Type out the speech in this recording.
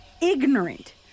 ignorant